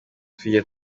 tujya